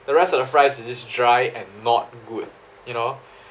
the rest of the fries is just dry and not good you know